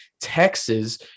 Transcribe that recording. Texas